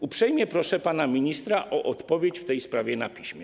Uprzejmie proszę pana ministra o odpowiedź w tej sprawie na piśmie.